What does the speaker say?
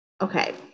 okay